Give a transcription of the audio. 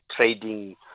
trading